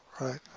Right